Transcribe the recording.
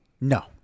No